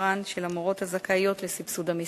מספרן של המורות הזכאיות לסבסוד המשרד.